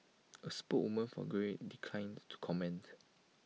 A spokeswoman for Grail declined to comment